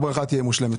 הברכה תהיה מושלמת.